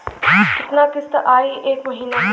कितना किस्त आई एक महीना के?